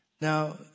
Now